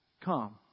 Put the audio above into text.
Come